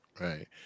Right